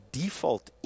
default